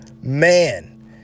Man